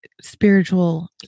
spiritual